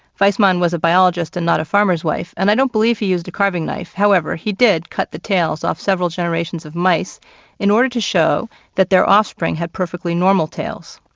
weismann was a biologist and not a farmer's wife, and i don't believe he used a carving knife, however, he did cut the tails off several generations of mice in order to show that their offspring had perfectly normal tails.